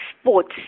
sports